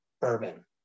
bourbon